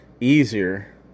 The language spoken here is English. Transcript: easier